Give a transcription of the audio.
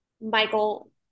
Michael